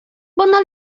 bona